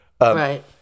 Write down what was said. Right